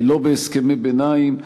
לא בהסכמי ביניים,